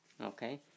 Okay